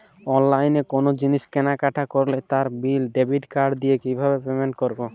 অনলাইনে কোনো জিনিস কেনাকাটা করলে তার বিল ডেবিট কার্ড দিয়ে কিভাবে পেমেন্ট করবো?